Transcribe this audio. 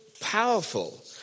powerful